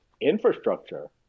infrastructure